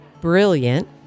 brilliant